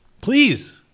Please